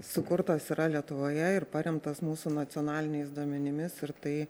sukurtas yra lietuvoje ir paremtas mūsų nacionaliniais duomenimis ir tai